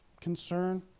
concern